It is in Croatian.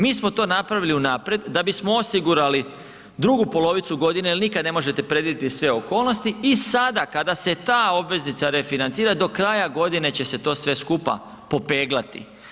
Mi smo to napravili unaprijed da bismo osigurali drugu polovicu godine jer nikad ne možete predvidjeti sve okolnosti i sada kada se ta obveznica refinancira do kraja godine će se to sve skupa popeglati.